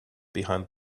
behind